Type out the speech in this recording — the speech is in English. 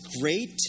Great